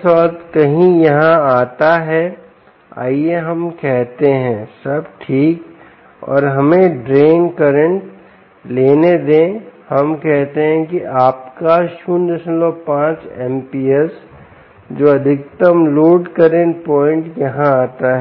17 कहीं यहाँ आता हैआइए हम कहते हैं सब ठीक और अब हमें ड्रेन करंट लेने दें हम कहते हैं आपका 05 amps जो अधिकतम लोड करंट पॉइंट यहां आता है